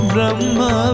Brahma